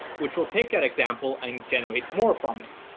which will take that example and generate more from it.